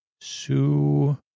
Sue